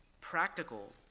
practical